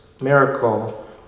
miracle